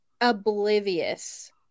oblivious